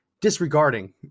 disregarding